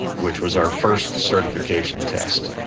which was our first certification test.